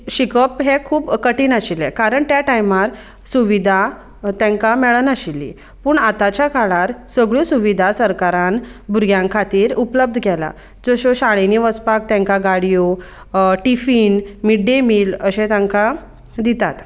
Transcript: शिकप हें खूब कठीण आशिल्लें कारण त्या टायमार सुविधा तांकां मेळनाशिल्ली पूण आतांच्या काळार सगळ्यो सुविधा सरकारान भुरग्यां खातीर उपलब्ध केला जश्यो शाळेंनी वचपाक तांकां गाडयो टिफीन मिड डे मील अशें तांकां दितात